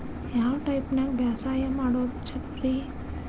ಯಾವ ಟೈಪ್ ನ್ಯಾಗ ಬ್ಯಾಸಾಯಾ ಮಾಡೊದ್ ಛಲೋರಿ?